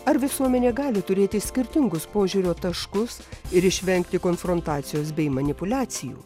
ar visuomenė gali turėti skirtingus požiūrio taškus ir išvengti konfrontacijos bei manipuliacijų